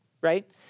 right